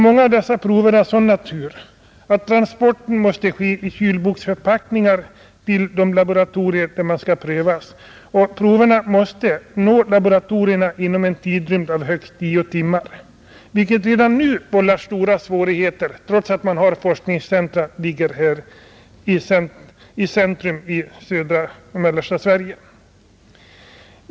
Många av dessa är av sådan natur att transporten till provningslaboratorierna måste ske i kylboxförpackningar. Proverna måste trots detta nå laboratorierna inom tio timmar, vilket redan nu vållar stora svårigheter trots att man i södra och mellersta Sverige har välbelägna forskningscentra.